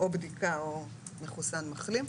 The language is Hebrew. או בדיקה או מחוסן מחלים.